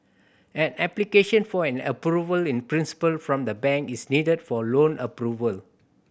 an application for an Approval in Principle from the bank is needed for loan approval